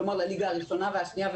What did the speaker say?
הראשונה והשנייה,